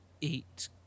eat